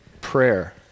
Prayer